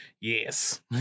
Yes